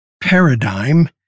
Paradigm